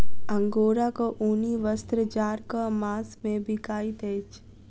अंगोराक ऊनी वस्त्र जाड़क मास मे बिकाइत अछि